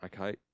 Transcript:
Okay